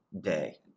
day